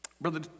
Brother